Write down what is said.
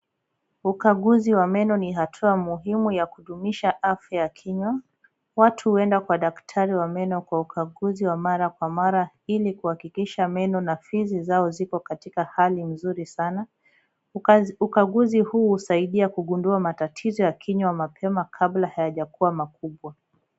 Ukaguzi wa meno ni hatua muhimu ya kudumisha afya ya kinywa, watu huenda kwa daktari wa meno kwa ukaguzi wa mara kwa mara, ili kuhakikisha meno na fizi zao ziko katika hali nzuri sana, ukaguzi huu husaidia kugundua matatizo ya kinywa mapema kabla hayakuwa makubwa.